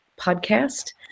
podcast